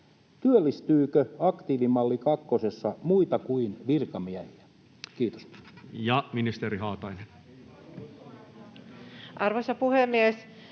työllistyykö aktiivimalli kakkosessa muita kuin virkamiehiä? — Kiitos. [Speech 16] Speaker: Toinen varapuhemies